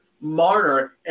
Marner